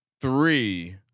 Three